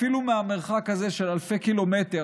אפילו מהמרחק הזה של אלפי קילומטר,